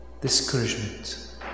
Discouragement